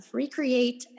recreate